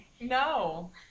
No